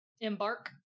embark